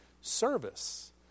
service